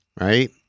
right